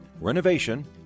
renovation